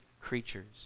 creatures